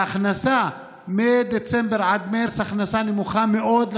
וההכנסה מדצמבר ועד מרץ היא הכנסה נמוכה מאוד,